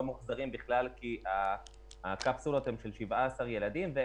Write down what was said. מוחזרים כי הקפסולות הן רק של 17 ילדים.